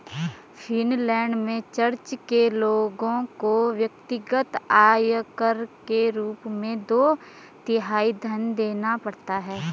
Finland में church के लोगों को व्यक्तिगत आयकर के रूप में दो तिहाई धन देना पड़ता है